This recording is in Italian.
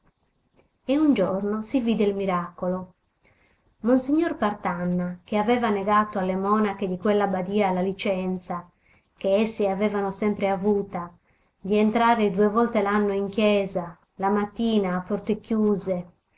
e un giorno si vide il miracolo monsignor partanna che aveva negato alle monache di quella badia la licenza che esse avevano sempre avuta di entrare due volte l'anno in chiesa la mattina a porte chiuse